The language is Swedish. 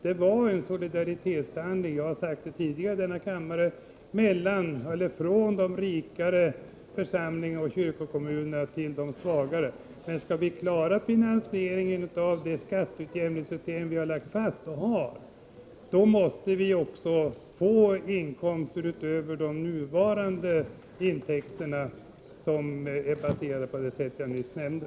Det var en solidaritetshandling— jag har sagt det tidigare i denna kammare -— från de rikare församlingarna och kyrkokommunerna i förhållande till de svagare. Men skall vi klara finansieringen av det skatteutjämningssystem vi har lagt fast, måste vi också få inkomster utöver de nuvarande intäkterna, som är baserade på den grund jag nyss nämnde.